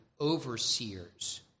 overseers